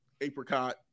apricot